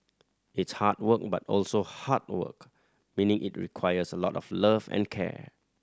it's hard work but also heart work meaning it requires a lot of love and care